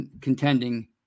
contending